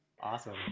Awesome